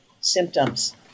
symptoms